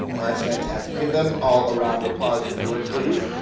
and that's fantastic, give them all a round of applause if you would, please.